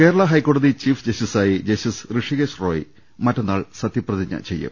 കേരള ഹൈക്കോടതി ചീഫ് ജസ്റ്റിസായി ജസ്റ്റിസ് ഋഷികേശ് റോയ് മറ്റന്നാൾ സത്യപ്രതിജ്ഞ ചെയ്യും